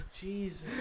Jesus